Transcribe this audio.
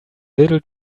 little